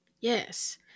Yes